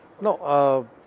No